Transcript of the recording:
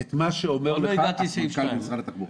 את מה שאומר לך סמנכ"ל משרד התחבורה.